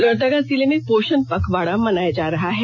लोहरदगा जिले में पोषण पखवाड़ा मनाया जा रहा है